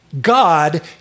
God